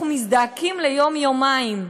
אנחנו מזדעקים ליום-יומיים,